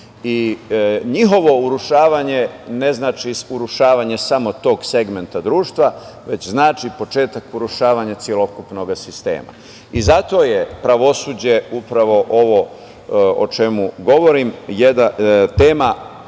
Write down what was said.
sistem. Njihovo urušavanje ne znači urušavanje samo tog segmenta društva, već znači početak urušavanja celokupnog sistema. Zato je pravosuđe, upravo ovo o čemu govorim, tema